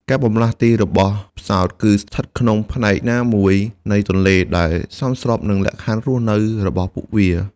ការបម្លាស់ទីរបស់ផ្សោតគឺស្ថិតនៅក្នុងផ្នែកណាមួយនៃទន្លេ ដែលសមស្របនឹងលក្ខខណ្ឌរស់នៅរបស់ពួកវា។